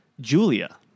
Julia